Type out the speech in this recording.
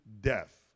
death